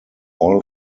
all